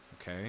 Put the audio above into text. okay